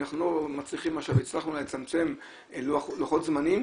אנחנו לא מצליחים, הצלחנו לצמצם לוחות זמנים,